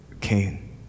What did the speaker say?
Cain